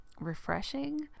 refreshing